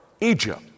Egypt